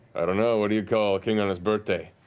i don't know. what do you call a king on his birthday?